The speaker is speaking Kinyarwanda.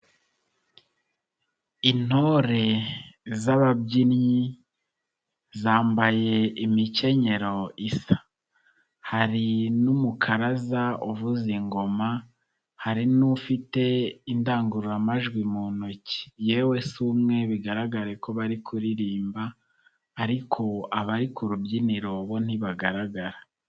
Intore z'ababyinnyi zambaye imikenyero isa. Hari n'umukaraza uvuza ingoma, hari n'ufite indangururamajwi mu ntoki. Yewe si umwe bigaragare ko bari kuririmba ariko abari ku rubyiniro bo ntibagaragara.